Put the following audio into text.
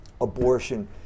abortion